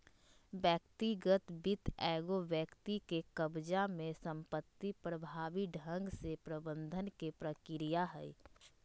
व्यक्तिगत वित्त एगो व्यक्ति के कब्ज़ा में संपत्ति प्रभावी ढंग से प्रबंधन के प्रक्रिया हइ